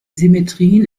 symmetrien